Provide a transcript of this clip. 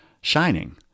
shining